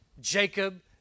Jacob